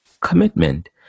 commitment